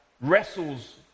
wrestles